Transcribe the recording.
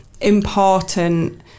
important